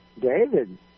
David